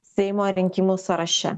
seimo rinkimų sąraše